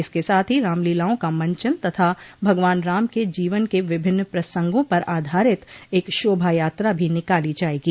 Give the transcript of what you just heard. इसके साथ ही रामलीलाओं का मंचन तथा भगवान राम के जीवन के विभिन्न प्रसंगों पर आधारित एक शोभा यात्रा भी निकाली जायेगी